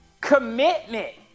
commitment